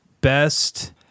best